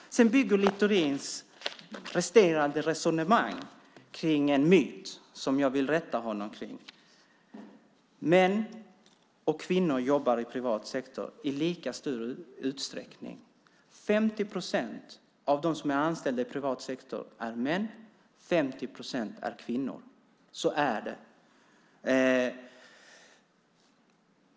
Littorins resterande resonemang bygger på en myt, och där vill jag rätta honom. Män och kvinnor jobbar i privat sektor i lika stor utsträckning. 50 procent av dem som är anställda i privat sektor är män och 50 procent är kvinnor. Så är det.